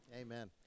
Amen